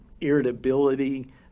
irritability